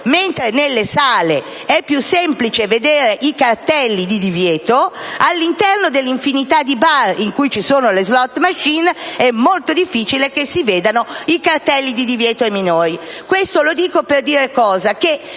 mentre nelle sale è più semplice vedere i cartelli di divieto, all'interno dell'infinità di bar in cui ci sono le *slot* *machine* è molto difficile vedere cartelli di divieto ai minori. Il problema